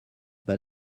but